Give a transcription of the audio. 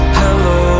hello